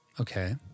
okay